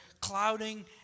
clouding